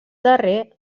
darrer